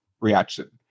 reaction